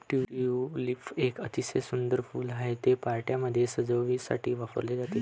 tulip एक अतिशय सुंदर फूल आहे, ते पार्ट्यांमध्ये सजावटीसाठी वापरले जाते